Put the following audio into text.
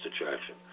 attraction